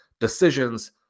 decisions